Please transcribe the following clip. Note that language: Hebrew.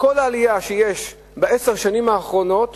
כל העלייה שיש בעשר השנים האחרונות